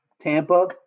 Tampa